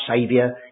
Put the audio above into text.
Saviour